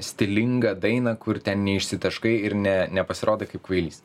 stilingą dainą kur ten neišsitaškai ir ne nepasirodai kaip kvailys